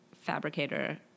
fabricator